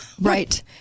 right